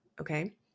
okay